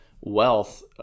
wealth